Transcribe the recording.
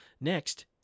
Next